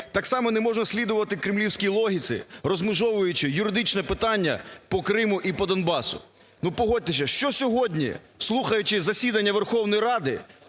Так само, не можна слідувати кремлівській логіці, розмежовуючи юридичне питання по Криму і по Донбасу. Ну, погодьтеся, що сьогодні, слухаючи засідання Верховної Ради,